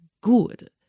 good